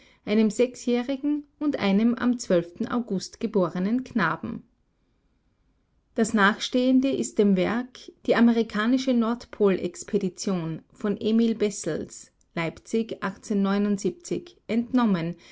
einem sechsjährigen und einem am august geborenen knaben das nachstehende ist dem werk die amerikanische nordpol expedition von emil bessels leipzig entnommen